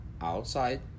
Outside